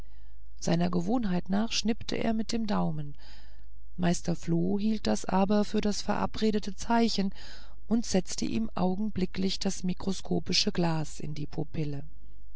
seiner gewohnheit nach schnippte er mit dem daumen meister floh hielt das aber für das verabredete zeichen und setzte ihm augenblicklich das mikroskopische glas in die pupille